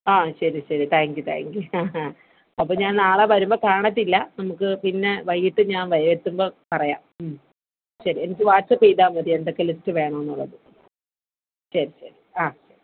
ആ ശരി ശരി താങ്ക്യൂ താങ്ക്യൂ ഹാ ഹാ അപ്പം ഞാൻ നാളെ വരുമ്പോൾ കാണത്തില്ല നമുക്ക് പിന്നെ വൈകിട്ട് ഞാൻ എത്തുമ്പോൾ പറയാം മ്മ് ശരി എനിക്ക് വാട്സ്ആപ്പ് ചെയ്താൽ മതി എന്തൊക്കെ ലിസ്റ്റ് വേണമെന്നുള്ളത് ശരി ശരി ആ ശരി